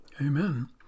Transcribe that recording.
amen